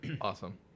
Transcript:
Awesome